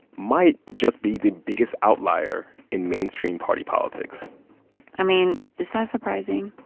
might just be the biggest outlier in mainstream party politics i mean, is that surprising?